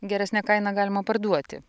geresne kainą galima parduoti